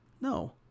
no